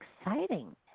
exciting